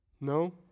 No